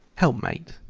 helpmate,